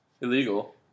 illegal